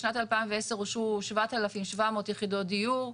בשנת 2010 אושרו 7,700 יחידות דיור,